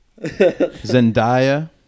Zendaya